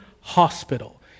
hospital